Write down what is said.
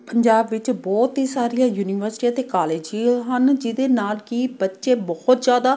ਪੰਜਾਬ ਵਿੱਚ ਬਹੁਤ ਹੀ ਸਾਰੀਆਂ ਯੂਨੀਵਰਸਿਟੀਆਂ ਅਤੇ ਕਾਲੇਜ ਹੀ ਹਨ ਜਿਹਦੇ ਨਾਲ ਕਿ ਬੱਚੇ ਬਹੁਤ ਜ਼ਿਆਦਾ